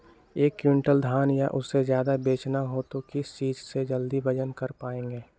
एक क्विंटल धान या उससे ज्यादा बेचना हो तो किस चीज से जल्दी वजन कर पायेंगे?